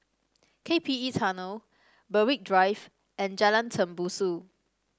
K P E Tunnel Berwick Drive and Jalan Tembusu